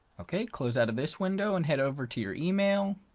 okay close out of this window and head over to your email